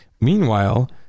meanwhile